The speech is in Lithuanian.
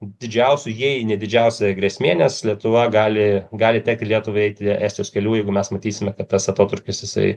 didžiausių jei ne didžiausia grėsmė nes lietuva gali gali tekti lietuvai eiti estijos keliu jeigu mes matysime kad tas atotrūkis jisai